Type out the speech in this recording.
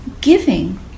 Giving